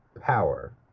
power